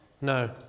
no